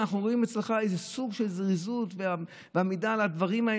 אנחנו רואים אצלך איזה סוג של זריזות ועמידה על הדברים,